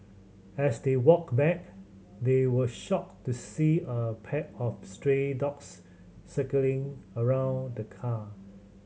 as they walked back they were shocked to see a pack of stray dogs circling around the car